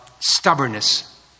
stubbornness